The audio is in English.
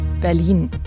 Berlin